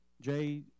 Jay